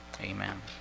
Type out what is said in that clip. Amen